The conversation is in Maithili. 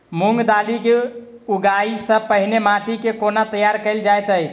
मूंग दालि केँ उगबाई सँ पहिने माटि केँ कोना तैयार कैल जाइत अछि?